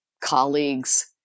colleagues